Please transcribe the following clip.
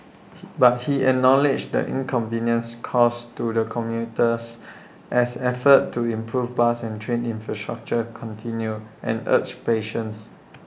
but he acknowledged the inconvenience caused to the commuters as efforts to improve bus and train infrastructure continue and urged patience